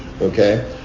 Okay